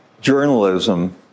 journalism